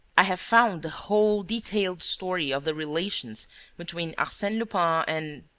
i have found the whole detailed story of the relations between arsene lupin and.